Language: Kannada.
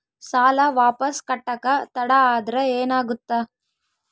ಸಾಲ ವಾಪಸ್ ಕಟ್ಟಕ ತಡ ಆದ್ರ ಏನಾಗುತ್ತ?